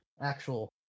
actual